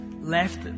left